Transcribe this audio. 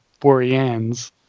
Boreans